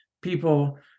people